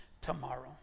tomorrow